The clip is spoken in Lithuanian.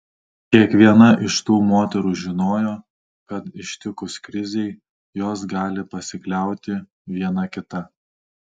kiekviena iš tų moterų žinojo kad ištikus krizei jos gali pasikliauti viena kita